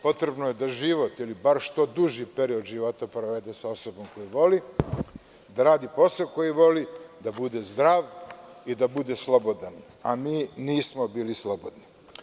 Potrebno je da život ili bar što duži period života provede sa osobom koju voli, da radi posao koji voli, da bude zdrav i da bude slobodan, a mi nismo bili slobodni.